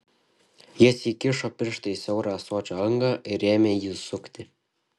jis įkišo pirštą į siaurą ąsočio angą ir ėmė jį sukti